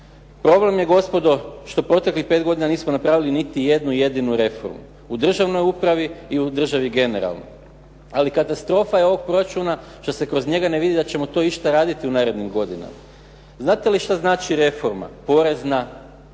Problem je gospodo što proteklih pet godina nismo napravili niti jednu jedinu reformu, u državnoj upravi i u državi generalno. Ali katastrofa je ovog proračuna što se kroz njega ne vidi da ćemo to išta raditi u narednim godinama. Znate li šta znači reforma, porezna,